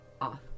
off